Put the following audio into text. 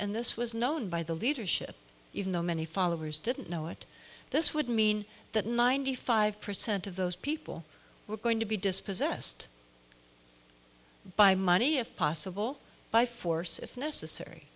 and this was known by the leadership even though many followers didn't know it this would mean that ninety five percent of those people were going to be dispossessed by money if possible by force if necessary